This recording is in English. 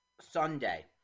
Sunday